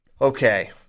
Okay